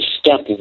step